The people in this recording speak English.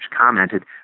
commented